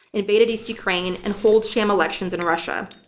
invaded east ukraine, and holds sham elections in russia.